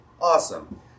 awesome